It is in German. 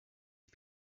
ich